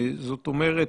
זאת אומרת,